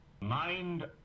mind